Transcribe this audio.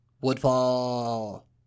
Woodfall